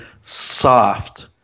soft –